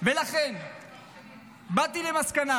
"לכן באתי למסקנה